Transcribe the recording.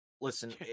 Listen